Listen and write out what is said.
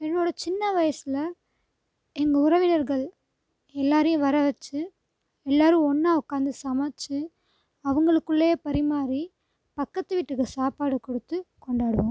என்னோடய சின்ன வயசில் எங்கள் உறவினர்கள் எல்லோரையும் வரவச்சு எல்லோரும் ஒன்றா உட்காந்து சமைச்சு அவங்களுக்குள்ளேயே பரிமாறி பக்கத்து வீட்டுக்கு சாப்பாடு கொடுத்து கொண்டாடுவோம்